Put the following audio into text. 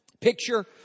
picture